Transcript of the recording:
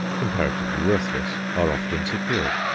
comparatively worthless, are often secured.